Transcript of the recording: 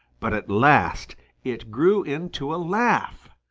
but at last it grew into a laugh.